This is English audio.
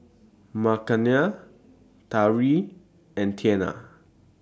Makenna Tariq and Tianna